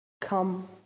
come